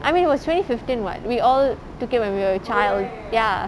I mean it was twenty fifteen [what] we all took it when we were a child ya